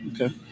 Okay